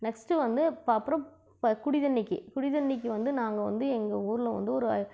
next வந்து இப்போ அப்புறம் இப்போ குடி தண்ணிக்கு குடி தண்ணிக்கு வந்து நாங்கள் வந்து எங்கள் ஊரில் வந்து ஒரு